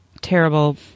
terrible